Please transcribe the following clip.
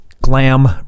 Glam